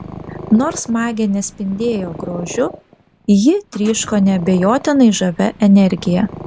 nors magė nespindėjo grožiu ji tryško neabejotinai žavia energija